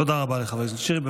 תודה לחבר הכנסת שירי.